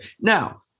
Now